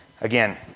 Again